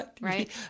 right